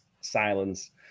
silence